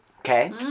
Okay